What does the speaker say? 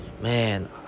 man